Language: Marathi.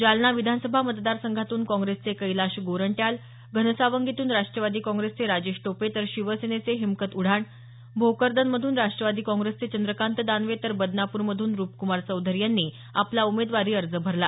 जालना विधानसभा मतदार संघातून काँग्रेसचे कैलाश गोरंट्याल घनसावंगीतून राष्ट्रवादी काँग्रेसचे राजेश टोपे तर शिवसेनेचे हिकमत उढाण भोकरदनमधून राष्ट्रवादी काँग्रेसचे चंद्रकांत दानवे तर बदनापूरमधून रुप्कुमार चौधरी यांनी आपला उमेदवारी अर्ज भरला